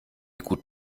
gut